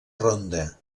ronda